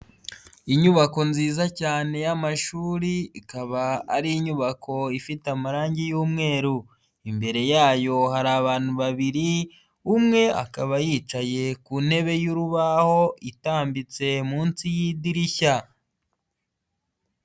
Inyubako nziza cyane y'amashuri ikaba ari inyubako ifite amarangi y'umweru, imbere yayo hari abantu babiri, umwe akaba yicaye ku ntebe y'urubaho itambitse munsi y'idirishya.